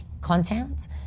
content